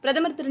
பிரதமர் திரு